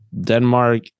Denmark